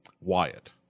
Wyatt